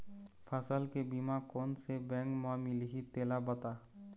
फसल के बीमा कोन से बैंक म मिलही तेला बता?